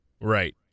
Right